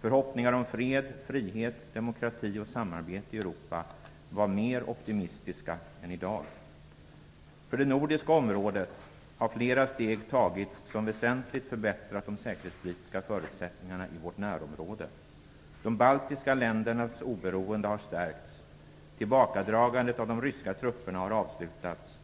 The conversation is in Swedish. Förhoppningar om fred, frihet, demokrati och samarbete i Europa var mer optimistiska än i dag. För det nordiska området har flera steg tagits som väsentligt förbättrat de säkerhetspolitiska förutsättningarna i vårt närområde. De baltiska ländernas oberoende har stärkts. Tillbakadragandet av de ryska trupperna har avslutats.